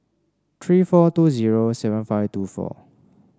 three four two zero seven five two four